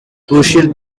crucial